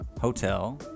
hotel